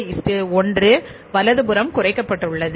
33 1 வலதுபுறம் குறைக்கப்பட்டுள்ளது